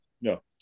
No